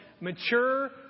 mature